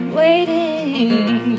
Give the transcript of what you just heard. waiting